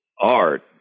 art